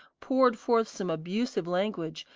poured forth some abusive language,